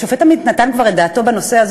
השופט עמית נתן כבר את דעתו בנושא הזה